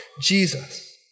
Jesus